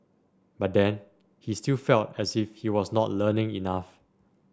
but then he still felt as if he was not learning enough